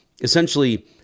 essentially